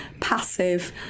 passive